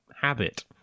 habit